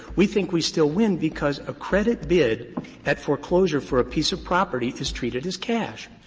we think we still win because a credit bid at foreclosure for a piece of property is treated as cash.